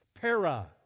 Para